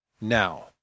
now